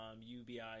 UBI